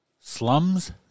Slums